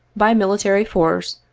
by military force,